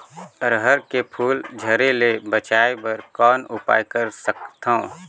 अरहर के फूल झरे ले बचाय बर कौन उपाय कर सकथव?